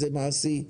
זה מעשי.